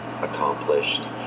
accomplished